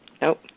Nope